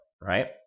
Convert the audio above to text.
right